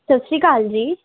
ਸਤਿ ਸ਼੍ਰੀ ਅਕਾਲ ਜੀ